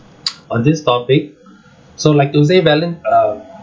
on this topic so like to say valen uh